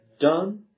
done